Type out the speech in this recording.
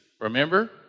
Remember